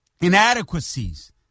inadequacies